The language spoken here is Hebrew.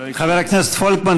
חבר הכנסת פולקמן,